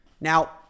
Now